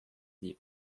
lieb